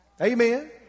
Amen